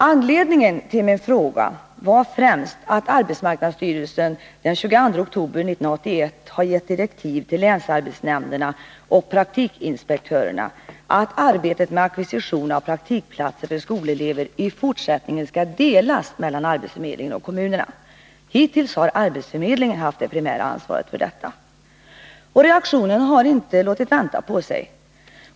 Anledningen till min fråga är främst att arbetsmarknadsstyrelsen den 22 oktober 1981 gett direktiv till länsarbetsnämnderna och praktikinspektörernaaatt arbetet med ackvisition av praktikplatser för skolelever i fortsättningen skall delas mellan arbetsförmedlingen och kommunerna. Hittills har arbetsförmedlingen haft det primära ansvaret för detta. Reaktionen har inte låtit vänta på sig.